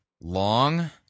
long